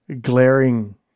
glaring